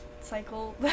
cycle